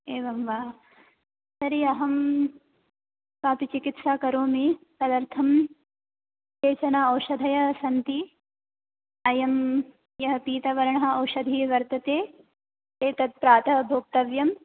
एवं वा तर्हि अहं कापि चिकित्सा करोमि तदर्थं केचन औषधयः सन्ति अयं यः पीतवर्णः औषधिः वर्तते एतत् प्रातः भोक्तव्यम्